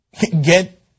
get